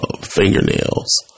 fingernails